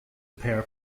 pair